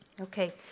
Okay